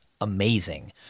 amazing